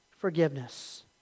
forgiveness